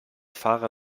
fahrer